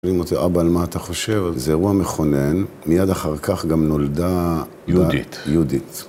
אבל מה אתה חושב? זה אירוע מכונן, מיד אחר כך גם נולדה דת יהודית.